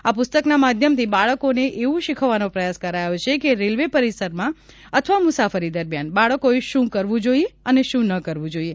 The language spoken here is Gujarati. આ પુસ્તકના માધ્યમથી બાળકોને એવું શિખવવાનો પ્રયાસ કરાયો છે કે રેલવે પરીસરમાં અથવા મુસાફરી દરમ્યાન બાળકોએ શું કરવું જોઇએ અને શું ન કરવું જોઇએ